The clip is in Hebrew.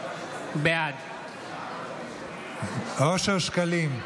בעד אושר שקלים.